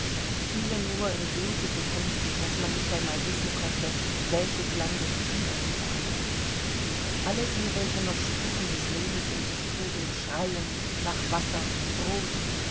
viele nur in blutigen hemden daß man nicht einmal wissen konnte welches landes kinder sie waren alle die welche noch spuren des lebens in sich trugen schreiend nach wasser und brot